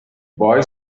boy